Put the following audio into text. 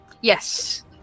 Yes